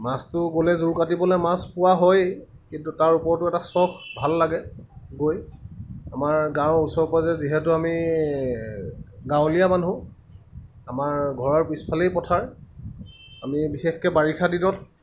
মাছটো গ'লে জুৰ কাটিবলৈ মাছ পোৱা হয়েই কিন্তু তাৰ ওপৰতো এটা চখ ভাল লাগে গৈ আমাৰ গাঁও ওচৰে পাঁজৰে যিহেতু আমি গাঁৱলীয়া মানুহ আমাৰ ঘৰৰ পিছফালেই পথাৰ আমি বিশেষকৈ বাৰিষা দিনত